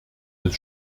des